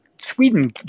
Sweden